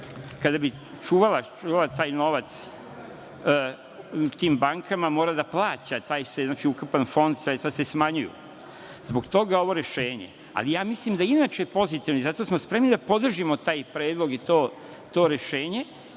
kada bi čuvala taj novac u tim bankama mora da plaća u taj ukupan fond i sredstva se smanjuju. Zbog toga ovo rešenje mislim da je inače pozitivno i sada smo spremni da podržimo taj predlog i to rešenje,